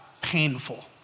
painful